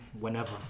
whenever